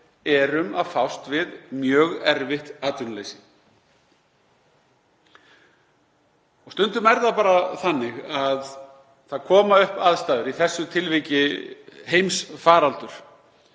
erum að fást við mjög erfitt atvinnuleysi. Stundum er það bara þannig að upp koma aðstæður, í þessu tilviki heimsfaraldur,